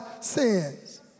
sins